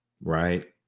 right